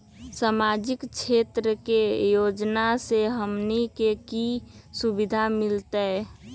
सामाजिक क्षेत्र के योजना से हमनी के की सुविधा मिलतै?